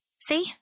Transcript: See